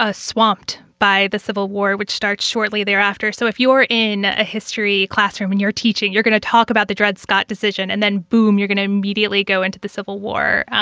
ah swamped by the civil war, which starts shortly thereafter. so if you in a history classroom, when you're teaching, you're going to talk about the dred scott decision and then, boom, you're going to immediately go into the civil war.